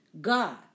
God